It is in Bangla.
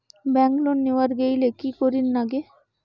ব্যাংক লোন নেওয়ার গেইলে কি করীর নাগে?